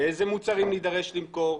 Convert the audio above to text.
איזה מוצרים נידרש למכור,